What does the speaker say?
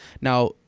Now